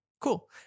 Cool